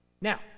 Now